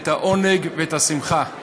העונג והשמחה,